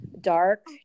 dark